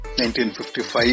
1955